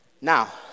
Now